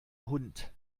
hund